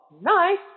Nice